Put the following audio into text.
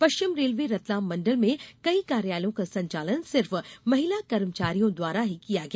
पश्चिम railway Ratlam मंडल में कई कार्यालयों का संचालन सिर्फ महिला कर्मचारियों द्वारा ही किया गया